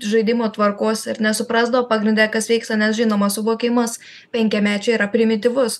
žaidimo tvarkos ir nesuprasdavo pagrinde kas vyksta nes žinoma suvokimas penkiamečio yra primityvus